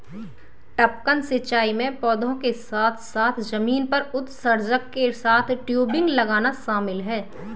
टपकन सिंचाई में पौधों के साथ साथ जमीन पर उत्सर्जक के साथ टयूबिंग लगाना शामिल है